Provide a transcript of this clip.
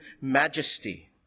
majesty